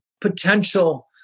potential